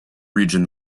region